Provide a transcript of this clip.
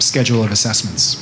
scheduled assessments